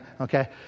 okay